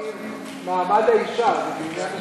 לדעתי מעמד האישה.